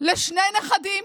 לשני נכדים